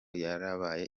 yarabaye